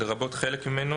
לרבות חלק ממנו,